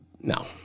no